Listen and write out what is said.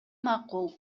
макул